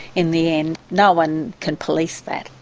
in the end no one can police that.